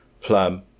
plum